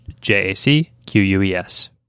J-A-C-Q-U-E-S